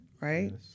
right